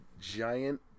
Giant